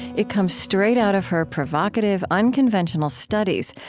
it comes straight out of her provocative, unconventional studies,